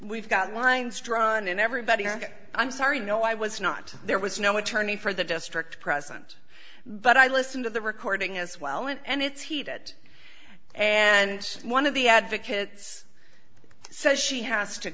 we've got winds drawn and everybody i'm sorry no i was not there was no attorney for the district present but i listen to the recording as well and it's heated and one of the advocates says she has to